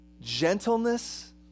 gentleness